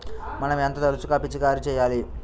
మనం ఎంత తరచుగా పిచికారీ చేయాలి?